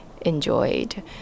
enjoyed